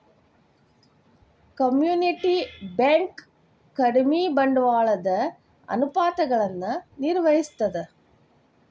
community bank ಕಡಿಮಿ ಬಂಡವಾಳದ ಅನುಪಾತಗಳನ್ನ ನಿರ್ವಹಿಸ್ತದ